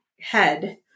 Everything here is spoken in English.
head